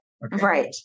Right